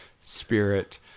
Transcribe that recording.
spirit